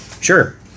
Sure